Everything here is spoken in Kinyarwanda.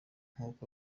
nk’uko